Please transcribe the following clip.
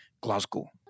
Glasgow